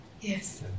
Yes